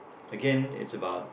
again it's about